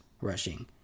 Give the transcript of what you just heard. rushing